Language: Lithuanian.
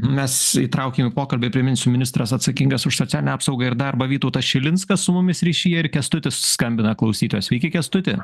mes įtraukėm į pokalbį priminsiu ministras atsakingas už socialinę apsaugą ir darbą vytautas šilinskas su mumis ryšyje ir kęstutis skambina klausytojas sveiki kęstuti